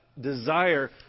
desire